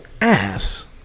ass